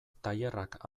tailerrak